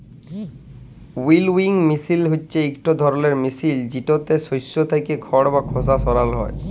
উইলউইং মিশিল হছে ইকট ধরলের মিশিল যেটতে শস্য থ্যাইকে খড় বা খসা সরাল হ্যয়